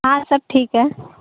ہاں سب ٹھیک ہے